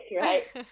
right